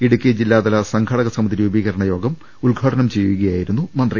ഇടുക്കി ജില്ലാതല സംഘാടകസമിതി രൂപീകരണ യോഗം ഉദ്ഘാടനം ചെയ്യുകയായിരുന്നു മന്ത്രി